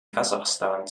kasachstan